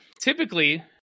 typically